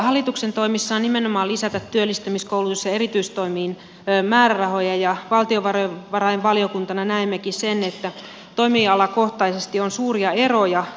hallituksen toimissa on nimenomaan lisätä työllistämis koulutus ja erityistoimiin määrärahoja ja valtiovarainvaliokuntana näemmekin sen että toimialakohtaisesti on suuria eroja